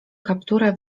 kaptura